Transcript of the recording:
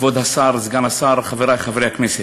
כבוד השר, סגן השר, חברי חברי הכנסת,